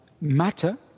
matter